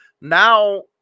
Now